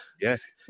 Yes